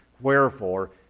wherefore